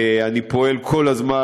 אני פועל כל הזמן,